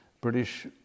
British